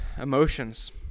emotions